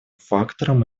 фактором